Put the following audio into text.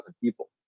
people